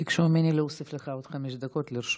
ביקשו ממני להוסיף עוד חמש דקות לרשותך.